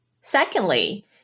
Secondly